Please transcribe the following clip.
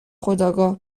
خودآگاه